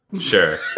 Sure